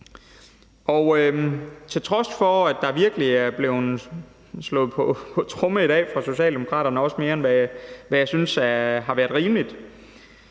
Til trods for at der virkelig er blevet slået på tromme i dag fra Socialdemokraternes side, også mere end, hvad jeg synes har været rimeligt,